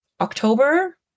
October